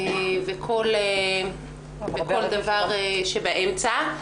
וכל דבר שבאמצע.